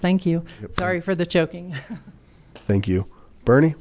thank you sorry for the choking thank you bernie